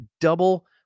double-